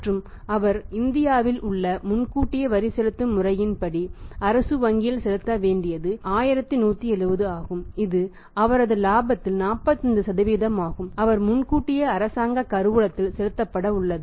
மற்றும் அவர் இந்தியாவில் உள்ள முன்கூட்டிய வரி செலுத்தும் முறையின் படி அரசு வங்கியில் செலுத்த வேண்டியது 1170 ஆகும் இது அவரது இலாபத்தில் 45 ஆகும் அவர் முன்கூட்டியே அரசாங்க கருவூலத்தில் செலுத்தப்பட உள்ளது